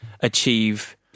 achieve